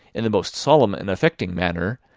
in the most solemn and affecting manner,